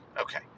Okay